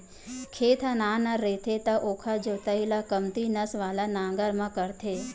खेत ह नान नान रहिथे त ओखर जोतई ल कमती नस वाला नांगर म करथे